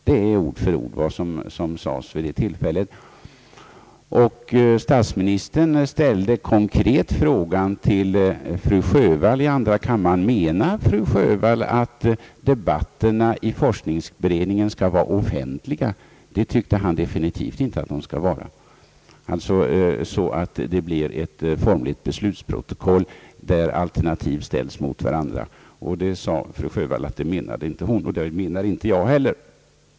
Där finns ord för ord vad som sades vid det tillfället, och statsministern ställde konkret frågan till fru Sjövall i andra kammaren: »Menar fru Sjövall att debatterna i forskningsberedningen skall vara offentliga?» Han tyckte definitivt inte att det skulle vara på det sättet att det skulle bli ett formligt beslutsprotokoll, där alternativ ställs mot varandra. Fru Sjövall sade att hon inte menade det, och det menar inte jag heller.